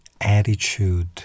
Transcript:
attitude